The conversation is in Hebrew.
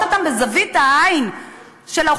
בואו